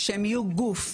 שהם יהיו גוף,